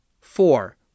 four